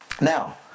Now